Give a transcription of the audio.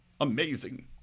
amazing